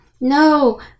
no